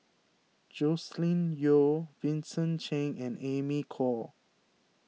Joscelin Yeo Vincent Cheng and Amy Khor